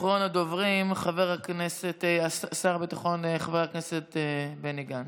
אחרון הדוברים, שר הביטחון חבר הכנסת בני גנץ.